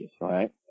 right